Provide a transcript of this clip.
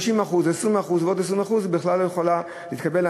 50%, 20% ועוד 20% אז היא בכלל לא יכולה להתקבל.